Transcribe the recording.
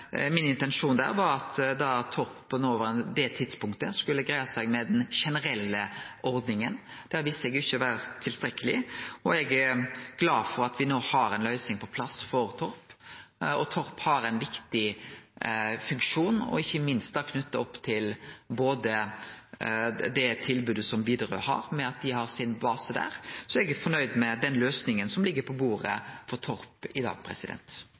der. Så var det min intensjon at Torp på det tidspunktet skulle greie seg med den generelle ordninga. Det har vist seg ikkje å vere tilstrekkeleg, og eg er glad for at me no har ei løysing på plass for Torp. Torp har ein viktig funksjon, ikkje minst knytt til det tilbodet som Widerøe har, ved at dei har basen sin der. Så eg er fornøgd med den løysinga som ligg på bordet for Torp i dag.